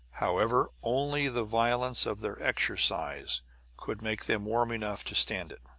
however only the violence of their exercise could make them warm enough to stand it.